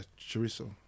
Chorizo